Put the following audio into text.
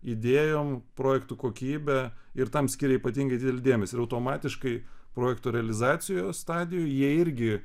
idėjom projektų kokybę ir tam skiria ypatingai didelį dėmesį ir automatiškai projekto realizacijos stadijoj jie irgi